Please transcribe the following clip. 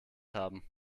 haben